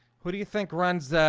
who do you think runs?